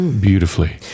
Beautifully